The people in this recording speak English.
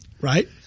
Right